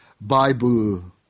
bible